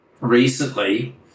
recently